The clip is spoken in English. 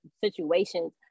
situations